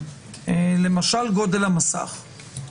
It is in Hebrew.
למשל גודל המסך.